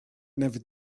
never